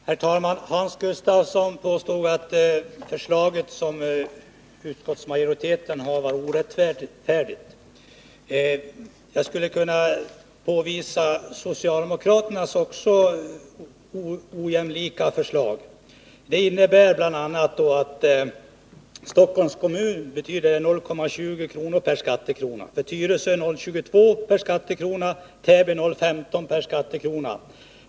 Herr talman! Hans Gustafsson påstod att utskottsmajoritetens förslag var orättfärdigt. Jag skulle för min del kunna påvisa att socialdemokraternas förslag är ojämlikt. Det betyder nämligen för Stockholms kommun 0:20 per skattekrona, för Tyresö 0:22 och för Täby 0:15 per skattekrona.